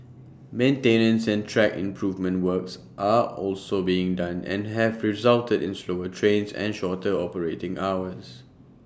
maintenance and track improvement works are also being done and have resulted in slower trains and shorter operating hours